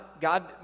God